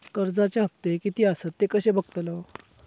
कर्जच्या हप्ते किती आसत ते कसे बगतलव?